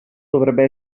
dovrebbe